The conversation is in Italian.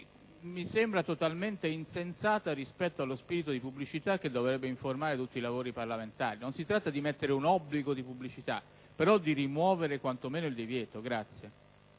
mi sembra totalmente insensata rispetto allo spirito di pubblicità che dovrebbe informare tutti i lavori parlamentari. Non si tratta di prevedere un obbligo di pubblicità, però di rimuovere quantomeno il divieto.